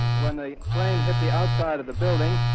when the plane hit the outside of the building,